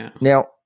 Now